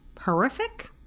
horrific